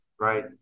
right